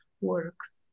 works